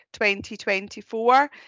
2024